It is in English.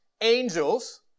angels